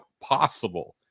possible